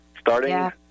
starting